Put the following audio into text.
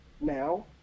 now